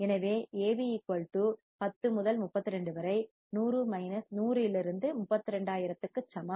AV Av1 x Av2 x Av3 எனவே Av 10 முதல் 32 வரை 100 32000 க்கு சமம்